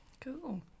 Cool